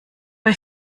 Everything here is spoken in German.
bei